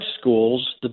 schools